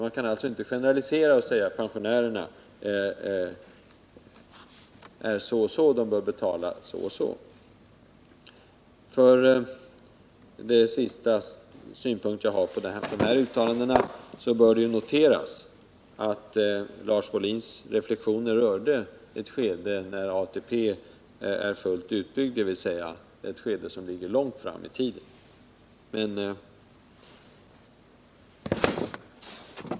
Man kan alltså inte generalisera och säga att pensionärerna har det så och så och att de bör betala så och så mycket. 4. Det bör också noteras att Lars Wohlins reflexioner rörde ett skede när ATP är fullt utbyggd, dvs. ett skede som ligger långt fram i tiden.